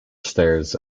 stairs